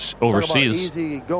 overseas